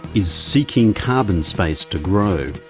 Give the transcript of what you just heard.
is seeking carbon space to grow.